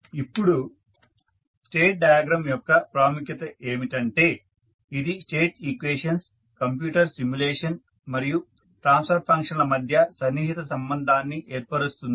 ఇప్పుడు state diagram యొక్క ప్రాముఖ్యత ఏమిటంటే ఇది స్టేట్ ఈక్వేషన్స్ కంప్యూటర్ సిమ్యులేషన్ మరియు ట్రాన్స్ఫర్ ఫంక్షన్ ల మధ్య సన్నిహిత సంబంధాన్ని ఏర్పరుస్తుంది